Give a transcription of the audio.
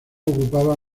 ocupaba